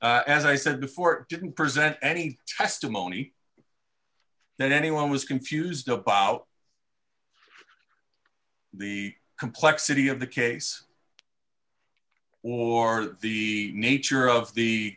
district as i said before didn't present any testimony that anyone was confused about the complexity of the case or the nature of the